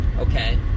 Okay